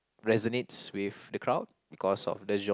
resonates with the crowd because of the genre